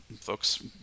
folks